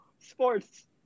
sports